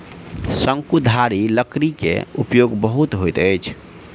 शंकुधारी लकड़ी के उपयोग बहुत होइत अछि